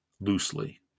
loosely